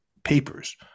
papers